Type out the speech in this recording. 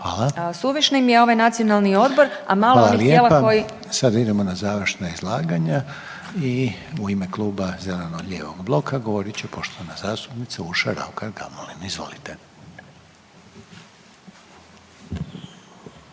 smatram suvišnim je ovaj Nacionalni odbor, a malo onih tijela koji… **Reiner, Željko (HDZ)** Hvala lijepa. Sad idemo na završna izlaganja i u ime Kluba zeleno-lijevog bloka govorit će poštovana zastupnica Urša Raukar Gamulin, izvolite.